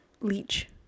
leech